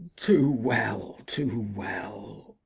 too well, too well.